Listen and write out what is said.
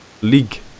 league